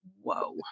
whoa